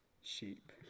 sheep